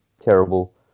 terrible